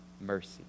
mercy